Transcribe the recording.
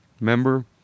remember